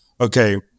okay